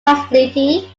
possibility